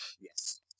Yes